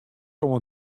oan